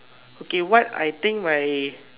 okay what I think my